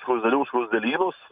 skruzdėlių skruzdėlynus